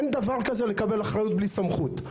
אין דבר כזה לקבל אחריות בלי סמכות.